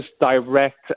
direct